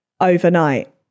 overnight